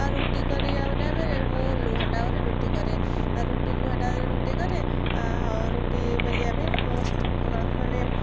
ଆଉ ରୁଟି କରିବା ଟାଇମରେ ମୁଁ ଲୁହା ତାୱାରେ ରୁଟି କରେ ଆଉ ରୁଟି ଲୁହା ତାଓ୍ୱାରେ ରୁଟି କରେ ଆଉ ରୁଟି ବେଲିବା ପାଇଁ ମୋ ମାନେ